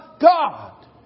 God